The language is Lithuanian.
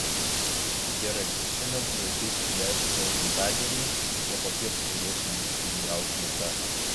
gerai šiandien su vaikais švęsiu savo gimtadienį o popiet turėsiu vykti į aušvicą